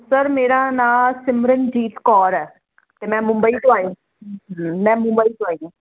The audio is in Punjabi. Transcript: ਸਰ ਮੇਰਾ ਨਾਂ ਸਿਮਰਨਜੀਤ ਕੌਰ ਹ ਤੇ ਮੈਂ ਮੁੰਬਈ ਤੋਂ ਆਈ ਮੈਂ ਮੁੰਬਈ ਤੋਂ ਆਈ ਆ